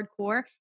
hardcore